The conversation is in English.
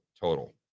total